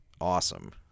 awesome